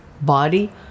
body